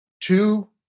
two